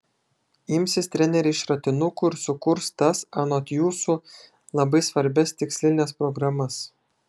imsis treneriai šratinukų ir sukurs tas anot jūsų labai svarbias tikslines programas